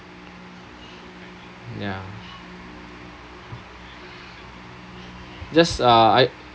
ya just uh I